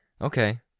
Okay